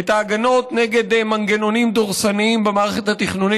את ההגנות נגד מנגנונים דורסניים במערכת התכנונית